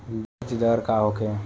बीजदर का होखे?